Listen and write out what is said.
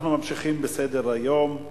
אנחנו ממשיכים בסדר-היום.